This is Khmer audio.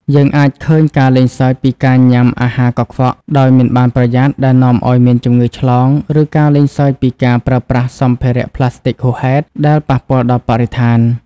យើងអាចឃើញការលេងសើចពីការញ៉ាំអាហារកខ្វក់ដោយមិនបានប្រយ័ត្ន ដែលនាំឲ្យមានជំងឺឆ្លង ឬការលេងសើចពីការប្រើប្រាស់សម្ភារប្លាស្ទិកហួសហេតុ ដែលប៉ះពាល់ដល់បរិស្ថាន។